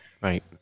Right